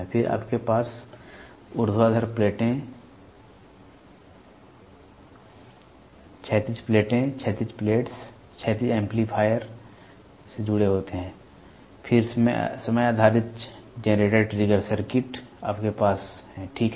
फिर आपके पास ऊर्ध्वाधर प्लेटें क्षैतिज प्लेटें हैं क्षैतिज प्लेट्स क्षैतिज एम्पलीफायर से जुड़े होते हैं फिर समय आधारित जनरेटर ट्रिगर सर्किट आपके पास हैं ठीक है